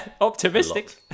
optimistic